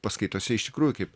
paskaitose iš tikrųjų kaip